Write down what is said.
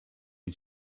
une